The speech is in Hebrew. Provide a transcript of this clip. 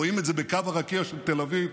רואים את זה בקו הרקיע של תל אביב,